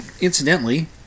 Incidentally